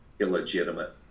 illegitimate